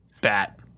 bat